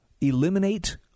eliminate